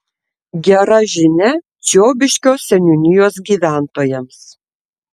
gera žinia čiobiškio seniūnijos gyventojams